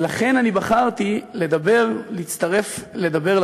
ולכן אני בחרתי להצטרף לדבר,